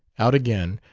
out again,